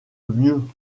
mieux